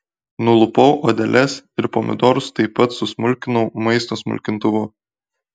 nulupau odeles ir pomidorus taip pat susmulkinau maisto smulkintuvu